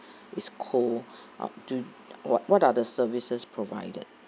it's cold uh to what what are the services provided